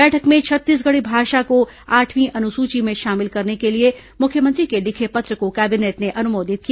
बैठक में छत्तीसगढ़ी भाषा को आठवीं अनुसूची में शामिल करने के लिए मुख्यमंत्री के लिखे पत्र को कैबिनेट ने अनुमोदित किया